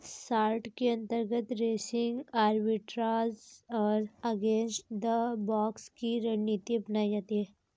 short के अंतर्गत racing arbitrage और अगेंस्ट द बॉक्स की रणनीति अपनाई जाती है